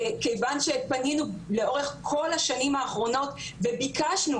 כיוון שפנינו לאורך כל השנים האחרונות וביקשנו